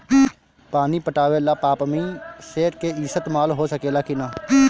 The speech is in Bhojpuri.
पानी पटावे ल पामपी सेट के ईसतमाल हो सकेला कि ना?